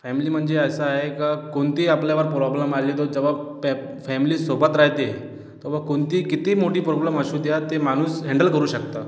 family म्हणजे असं आहे का कोणतेही आपल्यावर प्रॉब्लेम आले तर जेव्हा फॅ फॅमिली सोबत राहते तर बुवा कोणती कितीही मोठी प्रॉब्लेम असू द्या ते माणूस हॅन्डल करू शकतो